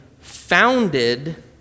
founded